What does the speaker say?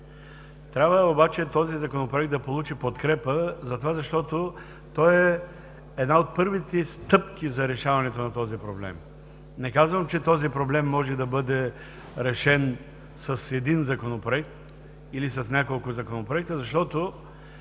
консенсус. Този Законопроект трябва да получи подкрепа, защото той е една от първите стъпки за решаването на този проблем. Не казвам, че този проблем може да бъде решен с един законопроект или с няколко законопроекта, защото